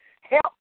help